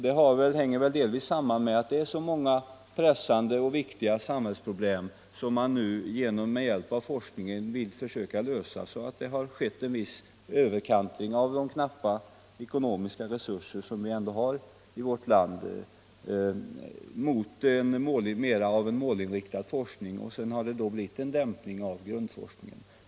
Det hänger delvis samman med att det finns så många pressande och viktiga samhällsproblem som man med hjälp av forskningen vill försöka lösa att det skett en överkantring av de knappa ekonomiska resurser som vi har i vårt land mot en målinriktad forskning, vilket lett till en dämpning av grundforskningen.